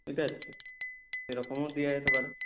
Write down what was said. বুঝতে পারছ সেরকমও দেওয়া যেতে পারে